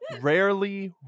rarely